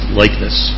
likeness